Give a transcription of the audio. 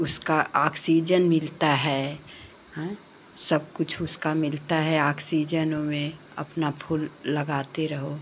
उसका ऑक्सीजन मिलता है अएँ सब कुछ उसका मिलता है ऑक्सीजन उसमें अपना फूल लगाते रहो